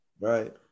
Right